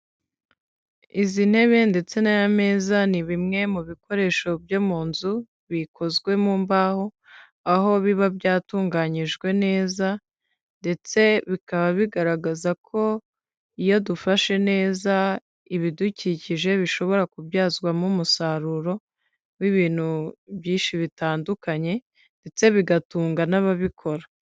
Izi ntebe ndetse'a' meza ni bimwe mu bikoresho byo mu nzu bikozwe mu mbaho, aho biba byatunganyijwe neza ndetse bikaba bigaragaza ko iyo dufashe neza ibidukikije bishobora kubyazwamo umusaruro w'ibintu byinshi bitandukanye ndetse bigatuga n'ababikora.